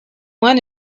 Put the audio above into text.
one